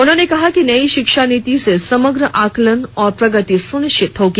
उन्होंने कहा कि नई शिक्षा नीति से समग्र आंकलन और प्रगति सुनिश्चित होगी